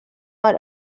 are